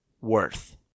Worth